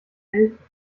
helfen